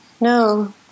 no